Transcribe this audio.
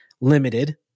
limited